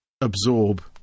absorb